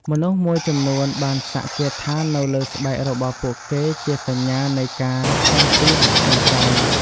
មនុស្សមួយចំនួនបានសាក់គាថានៅលើស្បែករបស់ពួកគេជាសញ្ញានៃការការពារអចិន្ត្រៃយ៍។